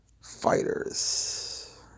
Fighters